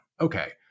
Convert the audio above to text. Okay